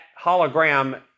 hologram